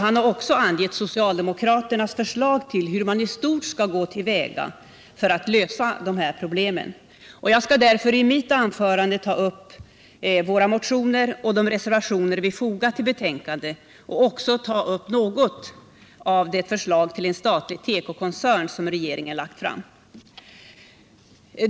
Han har även angett 39 socialdemokraternas förslag till hur man i stort skall gå till väga för att lösa de här problemen. Jag skall därför i mitt anförande ta upp våra motioner och de reservationer vi fogat till betänkandet och också något ta upp det förslag till en statlig tekokoncern som regeringen lagt fram.